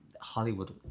Hollywood